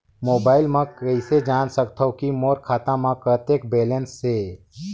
Mobile म कइसे जान सकथव कि मोर खाता म कतेक बैलेंस से?